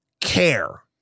care